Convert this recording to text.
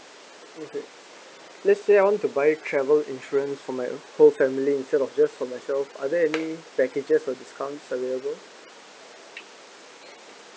okay let's say I want to buy travel insurance for my whole family instead of just for myself are there any packages or discount available